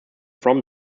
from